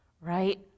right